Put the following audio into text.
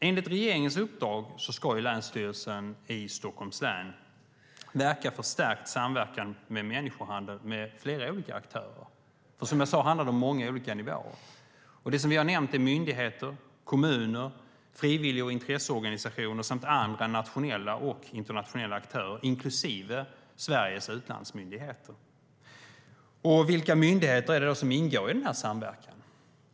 Enligt regeringens uppdrag ska Länsstyrelsen i Stockholms län tillsammans med flera olika aktörer verka för en stärkt samverkan mot människohandel. Som jag sade handlar det om många olika nivåer - myndigheter, kommuner, frivillig och intresseorganisationer samt andra nationella och internationella aktörer, inklusive Sveriges utlandsmyndigheter. Vilka myndigheter är det då som ingår i samverkan?